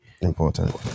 important